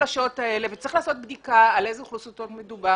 מוחלשות צריך לעשות בדיקה על איזה אוכלוסיות מדובר,